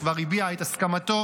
שכבר הביע את הסכמתו,